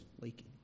leaking